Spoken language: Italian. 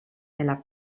nella